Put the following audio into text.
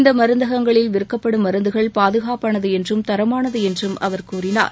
இந்த மருந்தகங்களில் விற்கப்படும் மருந்துகள் பாதுகாப்பானது என்றும் தரமானது என்றும் அவர் கூறினார்